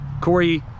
Corey